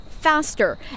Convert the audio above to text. faster